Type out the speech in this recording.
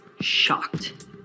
shocked